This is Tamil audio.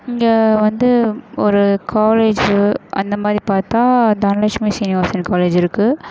இங்கே வந்து ஒரு காலேஜ் அந்த மாதிரி பார்த்தா தனலெட்சுமி சீனிவாசன் காலேஜ் இருக்குது